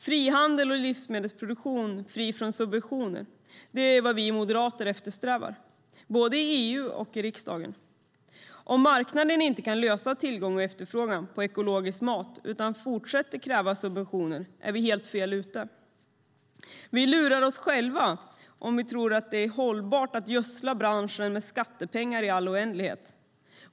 Frihandel och en livsmedelproduktion fri från subventioner är vad vi moderater eftersträvar både i EU och i riksdagen. Om marknaden inte kan lösa tillgång och efterfrågan på ekologisk mat utan fortsätter att kräva subventioner är vi helt fel ute. Vi lurar oss själva om vi tror att det är hållbart att gödsla branschen med skattepengar i all oändlighet.